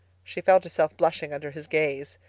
she felt herself blushing under his gaze.